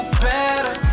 better